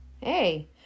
Hey